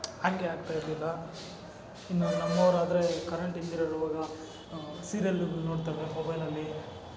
ಹ್ಯಾಕೆ ಆಗ್ತಾ ಇರ್ಲಿಲ್ಲ ಇನ್ನು ನಮ್ಮವ್ರು ಆದ್ರೆ ಕರೆಂಟ್ ಇಲ್ದೆರುವಾಗ ಸೀರಿಯಲ್ಲುಗಳು ನೋಡ್ತಾವೆ ಮೊಬೈಲಲ್ಲಿ